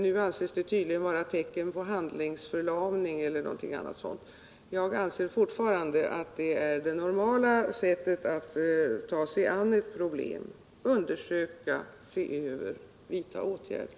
Nu anses det tydligen vara tecken på handlingsförlamning eller någonting sådant. Jag anser fortfarande att detta är det normala sättet att ta sig an ett problem: undersöka, se över, vidta åtgärder.